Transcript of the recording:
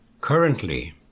currently